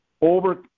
Over